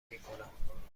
میکنم